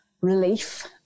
relief